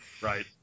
Right